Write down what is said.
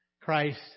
Christ